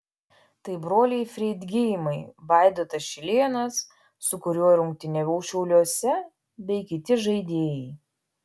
tai broliai freidgeimai vaidotas šilėnas su kuriuo rungtyniavau šiauliuose bei kiti žaidėjai